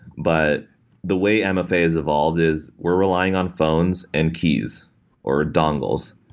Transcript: but the way and mfa has evolved is we're relying on phones and keys or dongles.